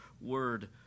word